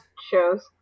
shows